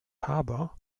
harbour